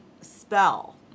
spell